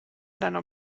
deiner